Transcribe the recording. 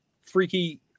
freaky